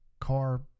Car